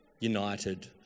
United